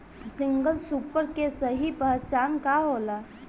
Single super के सही पहचान का होला?